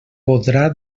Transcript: podrà